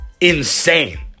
insane